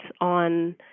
on